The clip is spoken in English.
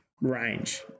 range